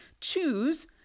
choose